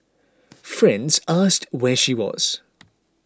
friends asked where she was